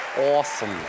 awesome